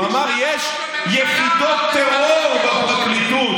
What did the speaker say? הוא אמר: יש יחידות טרור בפרקליטות.